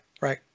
right